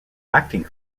acting